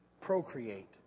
procreate